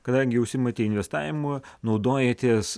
kadangi užsiimate investavimu naudojatės